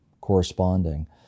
corresponding